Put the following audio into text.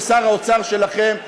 ששר האוצר שלכם,